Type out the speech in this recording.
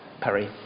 Perry